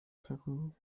peru